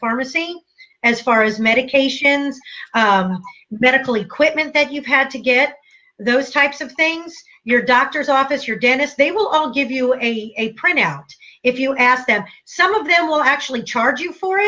pharmacy and as far as medications medical equipment that you had to get those types of things your doctor's office your dentist they will all give you a a printout if you ask that some of them will actually charge you for it